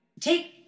take